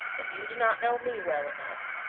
but you do not know me well enough.